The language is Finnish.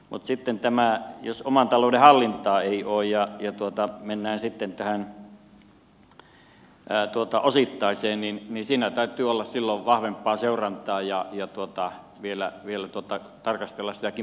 mutta sitten jos oman talouden hallintaa ei ole ja mennään tähän osittaiseen kieltämiseen niin siinä täytyy olla silloin vahvempaa seurantaa ja vielä tarkastella sitä maksukykyäkin